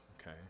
okay